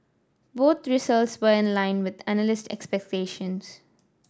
both results were in line with analyst expectations